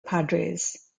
padres